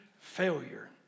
failure